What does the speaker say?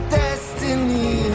destiny